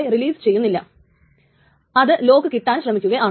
ഇത് ഇപ്പോൾ വായിക്കുകയാണെങ്കിൽ ഇത് വായിക്കുന്നത് നേരത്തെ ടൈം സ്റ്റാമ്പ് എഴുതിയത് ആണ്